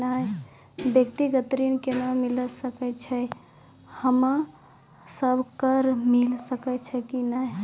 व्यक्तिगत ऋण केना मिलै छै, हम्मे सब कऽ मिल सकै छै कि नै?